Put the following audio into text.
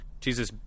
Jesus